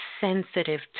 sensitive